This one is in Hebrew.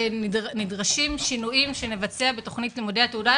שנדרשים שינויים שנבצע בתכנית לימודי התעודה,